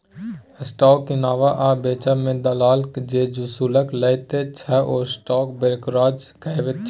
stock किनबा आ बेचबा मे दलाल जे शुल्क लैत छै ओ स्टॉक ब्रोकरेज कहाबैत छै